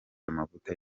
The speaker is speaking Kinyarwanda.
amavuta